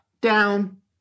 down